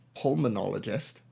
pulmonologist